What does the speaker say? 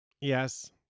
Yes